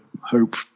hope